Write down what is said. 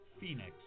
Phoenix